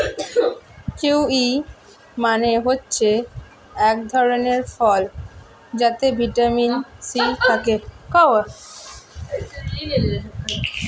kiwi মানে হচ্ছে এক ধরণের ফল যাতে ভিটামিন সি থাকে